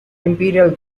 imperial